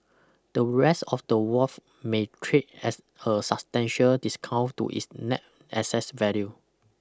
the rest of the Wharf may trade as a substantial discount to its net assess value